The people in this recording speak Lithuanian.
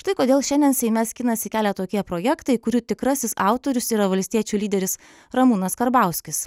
tai kodėl šiandien seime skinasi kelią tokie projektai kurių tikrasis autorius yra valstiečių lyderis ramūnas karbauskis